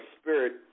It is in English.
spirit